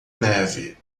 neve